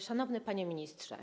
Szanowny Panie Ministrze!